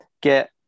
get